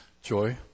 Joy